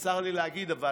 צר לי להגיד, אבל